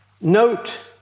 Note